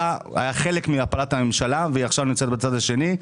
חלק מהפלת הממשלה ועכשיו אותה גברת בצד השני.